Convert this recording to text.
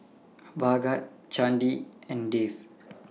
Bhagat Chandi and Dev